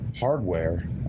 hardware